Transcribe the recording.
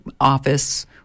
office